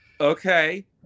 Okay